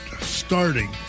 starting